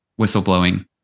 whistleblowing